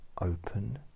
open